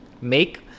make